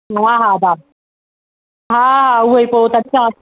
हा हा हा उहो ई पोइ तॾहिं